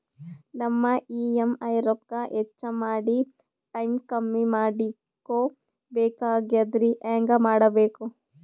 ನಮ್ಮ ಇ.ಎಂ.ಐ ರೊಕ್ಕ ಹೆಚ್ಚ ಮಾಡಿ ಟೈಮ್ ಕಮ್ಮಿ ಮಾಡಿಕೊ ಬೆಕಾಗ್ಯದ್ರಿ ಹೆಂಗ ಮಾಡಬೇಕು?